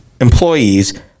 employees